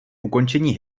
ukončení